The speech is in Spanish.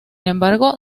embargo